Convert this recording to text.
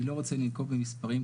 אני לא רוצה לנקוב במספרים,